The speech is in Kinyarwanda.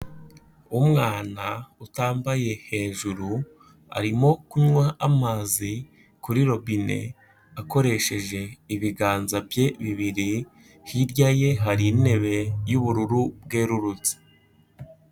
Umwana utambaye hejuru, arimo kunywa amazi kuri robine akoresheje ibiganza bye bibiri, hirya ye hari intebe y'ubururu bwerurutse.